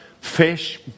fish